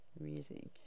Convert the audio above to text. Music